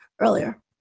earlier